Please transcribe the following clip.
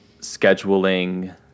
scheduling